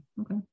Okay